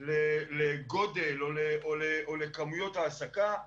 לגודל או לכמויות העסקה.